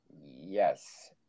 Yes